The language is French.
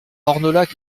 ornolac